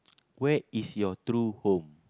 where is your true home